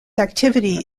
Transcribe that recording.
activity